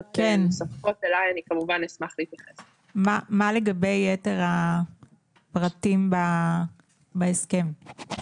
כמו שהשר התחייב בפומבי בהודעה לתקשורת שקרא